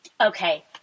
Okay